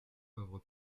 pauvre